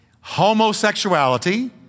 homosexuality